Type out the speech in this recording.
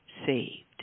saved